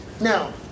now